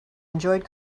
enjoyed